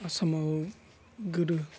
आसामाव गोदो